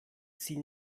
sie